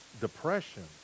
depression